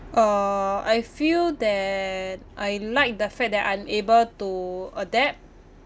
uh I feel that I like the fact that I'm able to adapt